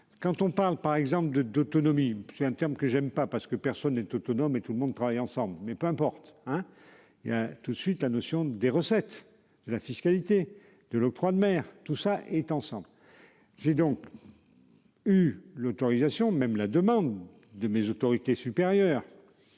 quand on parle par exemple de, d'autonomie, c'est un terme que j'aime pas parce que personne n'est autonome et tout le monde travaille ensemble, mais peu importe hein il y a tout de suite la notion des recettes de la fiscalité de l'octroi de mer tout ça est ensemble. J'ai donc. Eu l'autorisation, même la demande de mes autorités supérieures.